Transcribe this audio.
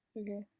Okay